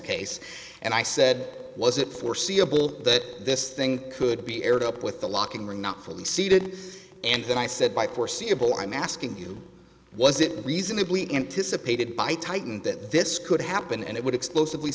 case and i said was it foreseeable that this thing could be aired up with the locking ring not fully seated and then i said by foreseeable i'm asking you was it reasonably anticipated by titan that this could happen and it would explosive we